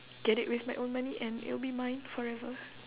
get it with my own money and it'll be mine forever